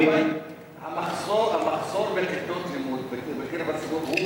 המחסור בכיתות לימוד בקרב הציבור הוא,